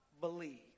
believe